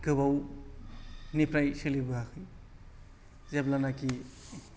गोबावनिफ्राय सोलिबोवाखै जेब्लानाखि